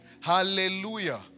Hallelujah